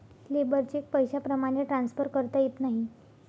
labour cheque पैशाप्रमाणे transfer करता येत नाही